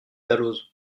dalloz